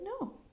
No